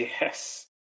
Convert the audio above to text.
yes